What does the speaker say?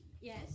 Yes